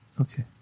Okay